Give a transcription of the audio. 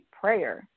prayer